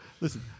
Listen